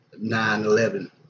9-11